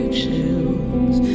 chills